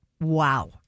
Wow